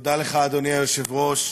תודה לך, אדוני היושב-ראש,